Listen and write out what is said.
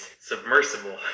submersible